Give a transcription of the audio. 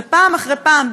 ופעם אחרי פעם,